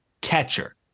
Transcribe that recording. catcher